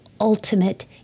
ultimate